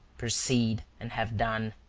proceed, and have done.